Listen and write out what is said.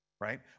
right